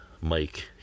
Mike